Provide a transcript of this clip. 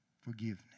forgiveness